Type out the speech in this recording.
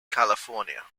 california